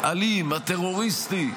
האלים, הטרוריסטי,